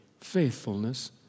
faithfulness